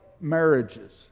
marriages